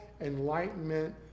enlightenment